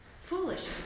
foolish